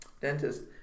Dentist